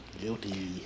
Guilty